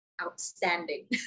outstanding